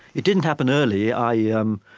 it didn't happen early i, yeah um,